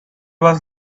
was